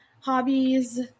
hobbies